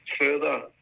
further